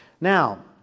Now